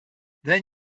then